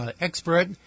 expert